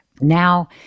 Now